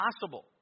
possible